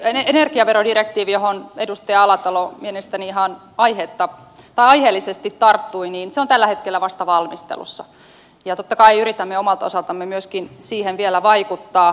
energiaverodirektiivi johon edustaja alatalo mielestäni ihan aiheellisesti tarttui on tällä hetkellä vasta valmistelussa ja totta kai yritämme omalta osaltamme myöskin siihen vielä vaikuttaa